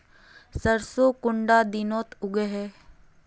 सरसों कुंडा दिनोत उगैहे?